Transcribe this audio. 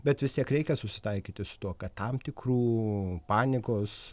bet vis tiek reikia susitaikyti su tuo kad tam tikrų panikos